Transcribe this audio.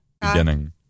Beginning